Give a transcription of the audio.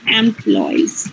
employees